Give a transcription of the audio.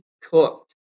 cooked